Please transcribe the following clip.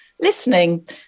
listening